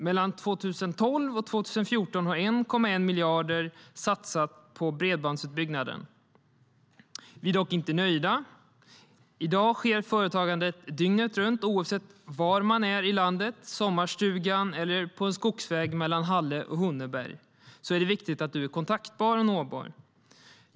Mellan 2012 och 2014 har 1,1 miljarder satsats på bredbandsutbyggnaden. Vi är dock inte nöjda. I dag sker företagandet dygnet runt. Oavsett var man är i landet - i sommarstugan eller på en skogsväg mellan Halleberg och Hunneberg - är det viktigt att man är kontaktbar och kan nås.